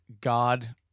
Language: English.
God